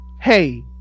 hey